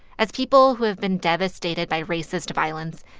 as people who have been devastated by racist violence,